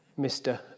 Mr